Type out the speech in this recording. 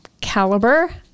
caliber